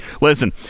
listen